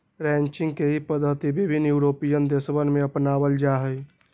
ranching के ई पद्धति विभिन्न यूरोपीयन देशवन में अपनावल जाहई